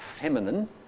feminine